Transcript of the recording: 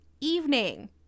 evening